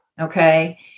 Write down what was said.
okay